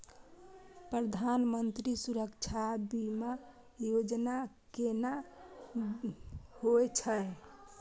प्रधानमंत्री सुरक्षा बीमा योजना केना होय छै?